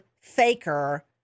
faker